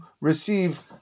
receive